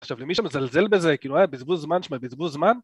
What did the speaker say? עכשיו למי שמזלזל בזה, כאילו היה בזבוז זמן, שמע בזבוז זמן